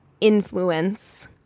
influence